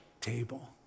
table